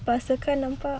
paksa kan nampak